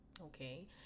okay